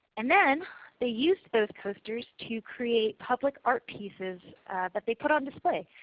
and then they used those posters to create public art pieces that they put on display.